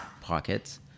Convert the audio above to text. pockets